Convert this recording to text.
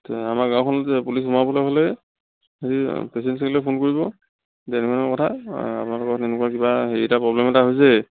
তেতিয়া আমাৰ গাঁওখনত যে পুলিচ সোমাবলৈ হ'লে হেৰি প্ৰেছিডেণ্ট ছেক্ৰেটাৰীলে ফোন কৰিব এতিয়া এনেকুৱা এনেকুৱা কথা আপোনালোকৰ তেনেকুৱা কিবা হেৰি এটা প্ৰ'ব্লেম এটা হৈছে